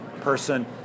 person